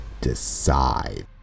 decide